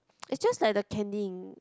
is just like the